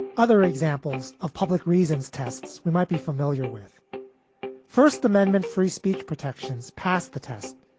other examples of public reasons, tests we might be familiar with first amendment free speech protections pass the test.